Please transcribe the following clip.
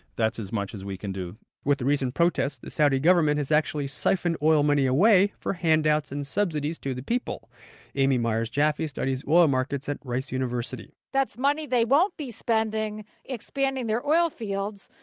that's as much as we can do with the recent protests, the saudi government has actually siphoned oil money away for handouts and subsidies to the people amy myers jaffe studies oil markets at rice university that's money they won't be spending expanding their oil fields.